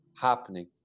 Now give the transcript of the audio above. happening